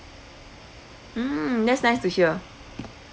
mm that's nice to hear